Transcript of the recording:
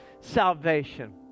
salvation